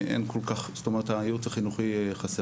אין כל כך, זאת אומרת הייעוץ החינוכי חסר.